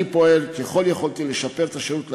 אני פועל ככל יכולתי לשפר את השירות לאזרח,